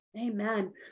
Amen